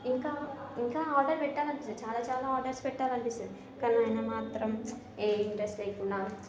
ఇంకా ఇంకా ఆర్డర్ పెట్టాలని అనిపిస్తుంది చాలా చాలా ఆర్డర్స్ పెట్టాలని అనిపిస్తుంది కానీ ఆయన మాత్రం ఏ ఇంట్రెస్ట్ లేకుండా